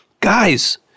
guys